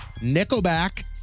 Nickelback